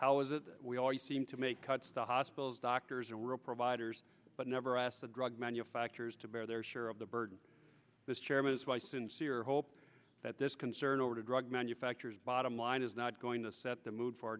how is it we all you seem to make cuts to hospitals doctors and world providers but never ask the drug manufacturers to bear their share of the burden this chairman is why sincere hope that this concern over the drug manufacturers bottom line is not going to set the mood f